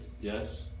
Yes